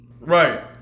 Right